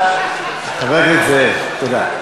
חבר הכנסת זאב, תודה.